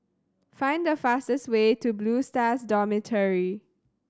find the fastest way to Blue Stars Dormitory